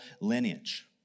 lineage